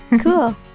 cool